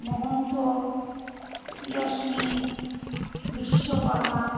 Mahanta Yasmin Vishwakarma